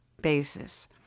basis